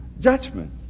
judgment